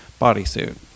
bodysuit